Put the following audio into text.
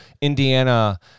Indiana